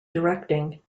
directing